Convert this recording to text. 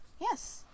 Yes